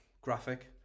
graphic